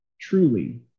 truly